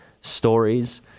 stories